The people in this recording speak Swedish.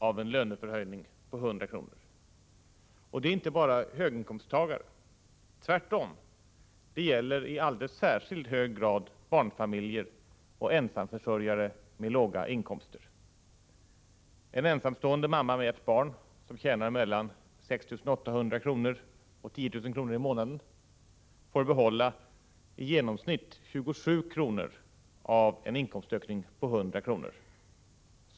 av en lönehöjnnig på 100 kr. Det är inte bara höginkomsttagare. Tvärtom, det gäller i alldeles särskilt hög grad barnfamiljer och ensamförsörjare med låga inkomster. En ensamstående mamma med ett barn som tjänar mellan 6 800 och 10 000 kr. i månaden får i genomsnitt behålla 27 kr. av en inkomstökning på 100 kr.